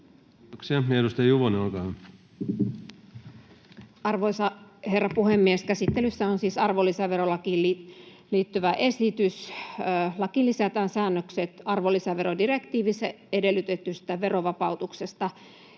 Kiitoksia. — Edustaja Juvonen, olkaa hyvä. Arvoisa herra puhemies! Käsittelyssä on siis arvonlisäverolakiin liittyvä esitys. Lakiin lisätään säännökset arvonlisäverodirektiivissä edellytetystä verovapautuksesta